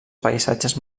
paisatges